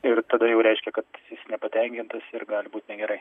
ir tada jau reiškia kad jis nepatenkintas ir gali būt negerai